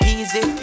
Easy